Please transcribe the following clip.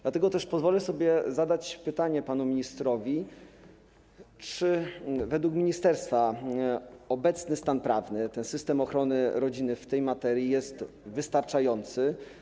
Dlatego też pozwolę sobie zadać pytanie panu ministrowi: Czy według ministerstwa obecny stan prawny, ten system ochrony rodziny w tej materii jest wystarczający?